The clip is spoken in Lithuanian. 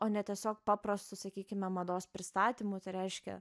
o ne tiesiog paprastų sakykime mados pristatymų tai reiškia